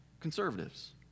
conservatives